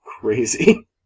crazy